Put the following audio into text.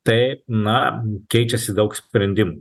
tai na keičiasi daug sprendimų